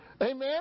Amen